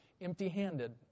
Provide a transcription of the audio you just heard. empty-handed